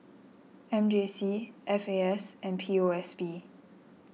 M J C F A S and P O S B